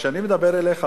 כשאני מדבר אליך,